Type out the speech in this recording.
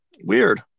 weird